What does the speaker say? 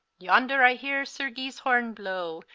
yonder i heare sir guy's horne blowe,